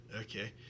Okay